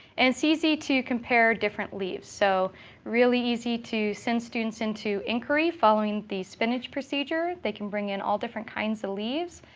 and it's easy to compare different leaves. it's so really easy to send students into inquiry, following the spinach procedure. they can bring in all different kinds of leaves,